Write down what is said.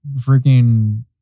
freaking